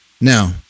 Now